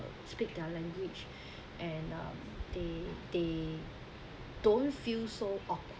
speak their language and uh they they don't feel so awkward